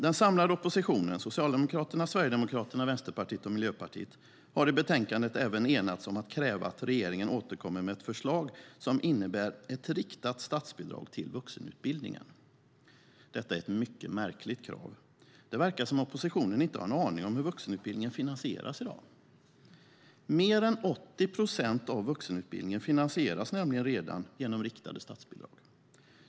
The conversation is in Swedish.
Den samlade oppositionen - Socialdemokraterna, Sverigedemokraterna, Vänsterpartiet och Miljöpartiet - har i betänkandet även enats om att kräva att regeringen återkommer med ett förslag som innebär ett riktat statsbidrag till vuxenutbildningen. Detta är ett mycket märkligt krav. Det verkar som om oppositionen inte har en aning om hur vuxenutbildningen finansieras i dag. Mer än 80 procent av vuxenutbildningen finansieras nämligen redan genom riktade statsbidrag.